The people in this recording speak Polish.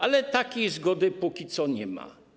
Ale takiej zgody póki co nie ma”